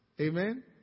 Amen